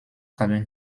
haben